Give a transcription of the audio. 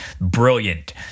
brilliant